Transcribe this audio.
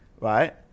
Right